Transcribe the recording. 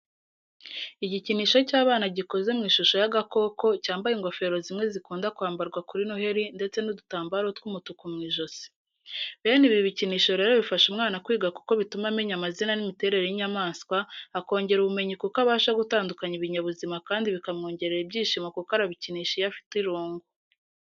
Igikinisho cy'abana gikoze mu ishusho y'agakoko, cyambaye ingofero zimwe zikunda kwambarwa kuri noheli ndetse n'udutambaro tw'umutuku mu ijosi. Bene ibi bikinisho rero bifasha umwana kwiga kuko bituma amenya amazina n’imiterere y’inyamaswa, akongera ubumenyi kuko abasha gutandukanya ibinyabuzima kandi bikamwongerera ibyishimo kuko arabikinisha iyo afite irungu.